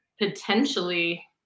Potentially